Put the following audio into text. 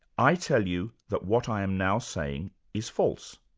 i tell you that what i am now saying is false.